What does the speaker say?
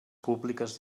públiques